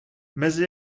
mezi